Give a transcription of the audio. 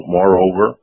moreover